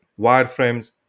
wireframes